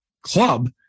club